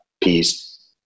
peace